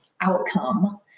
outcome